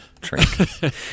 drink